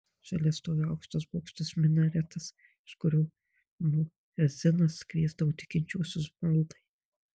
šalia stovi aukštas bokštas minaretas iš kurio muedzinas kviesdavo tikinčiuosius maldai